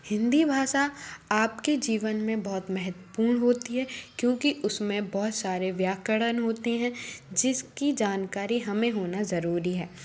हिन्दी भाषा आपके जीवन में बहुत महत्वपूर्ण होती है क्योंकि उसमे बहुत सारे व्याकरण होते हैं जिसकी जानकारी हमें होना ज़रूरी है